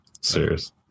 Serious